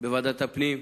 בוועדת הפנים,